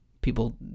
people